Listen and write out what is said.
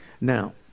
now